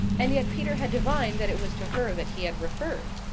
and yet peter had divined that it was to her that he had referred.